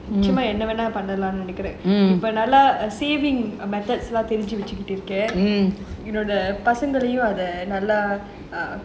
நிச்சயமா என்ன வேணுனாலும் பண்லான்னு இருக்குறேன் இப்ப நல்லா:nichayamaa enna venunaalum pannalaanu irukuraen ippa nalla saving methods lah தெருஞ்சு வச்சு இருக்கேன் என்னோட பசங்களையும் எல்லா:therunju vachu irukaen enoda pasangalaiyum ellaa